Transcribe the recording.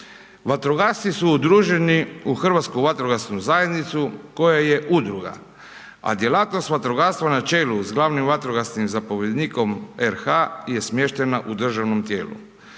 Vatrogasci su udruženi u Hrvatsku vatrogasnu zajednicu koja je udruga a djelatnost vatrogastva na čelu sa glavnim vatrogasnim zapovjednikom RH je smještena u državnom tijelu.